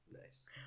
nice